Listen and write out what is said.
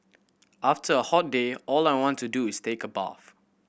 after a hot day all I want to do is take a bath